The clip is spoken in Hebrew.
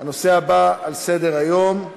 אני קובע שחוק הסיוע המשפטי (תיקון מס'